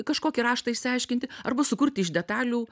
kažkokį raštą išsiaiškinti arba sukurti iš detalių